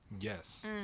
Yes